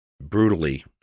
brutally